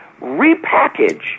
repackage